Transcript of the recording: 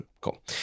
Cool